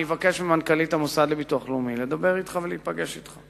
ואני אבקש ממנכ"לית המוסד לביטוח לאומי לדבר אתך ולהיפגש אתך.